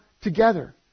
together